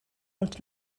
und